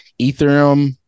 Ethereum